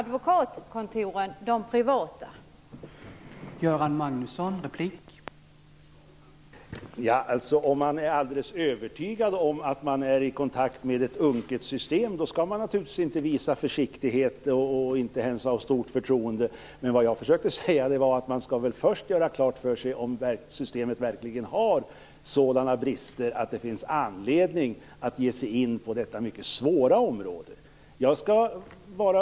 Detta gynnar ju de privata advokatkontoren.